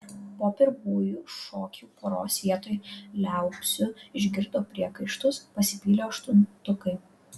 po pirmųjų šokių poros vietoj liaupsių išgirdo priekaištus pasipylė aštuntukai